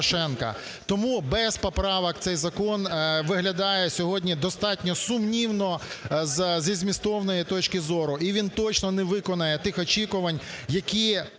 Тому без поправок цей закон виглядає сьогодні достатньо сумнівно зі змістовної точки зору. І він точно не виконає тих очікувань, які